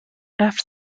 after